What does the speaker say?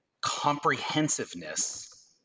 comprehensiveness